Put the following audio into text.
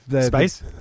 space